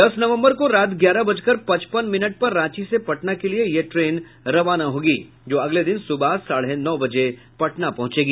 दस नवम्बर को रात ग्यारह बजकर पचपन मिनट पर रांची से पटना के लिए यह ट्रेन रवाना होगी जो अगले दिन सुबह साढ़े नौ बजे पटना पहुचेगी